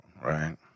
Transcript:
right